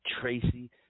Tracy